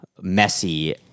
messy